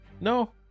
No